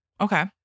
Okay